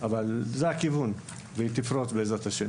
והיא תפרוץ בע"ה.